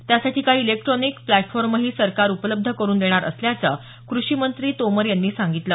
त्यासाठी काही इलेक्ट्रॉनिक प्र्टफॉर्मही सरकार उपलब्ध करुन देणार असल्याचं कृषी मंत्री नरेंद्र सिंह तोमर यांनी सांगितलं